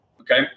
Okay